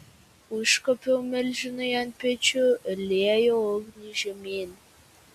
užkopiau milžinui ant pečių ir liejau ugnį žemyn